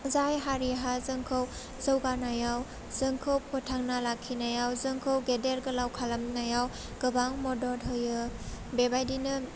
जाय हारिहा जोंखौ जौगानायाव जोंखौ फोथांना लाखिनायाव जोंखौ गेदेर गोलाव खालानायाव गोबां मदद होयो बेबायदिनो